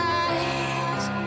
eyes